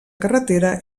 carretera